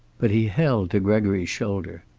but he held to gregory's shoulder.